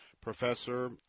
professor